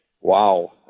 wow